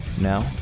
Now